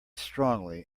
strongly